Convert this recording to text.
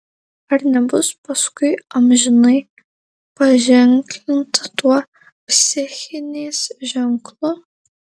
ar nebus paskui amžinai paženklinta tuo psichinės ženklu